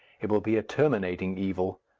it will be a terminating evil.